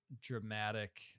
dramatic